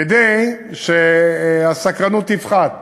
כדי שהסקרנות תפחת,